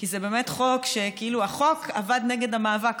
כי זה באמת חוק שכאילו החוק עבד נגד המאבק,